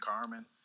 Carmen